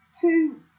two